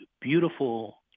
beautiful